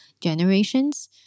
generations